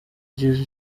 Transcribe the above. yagize